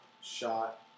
shot